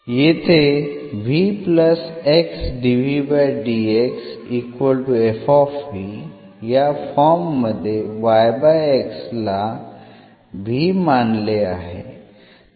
येथे या फॉर्म मध्ये ला v मानले आहे